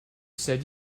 said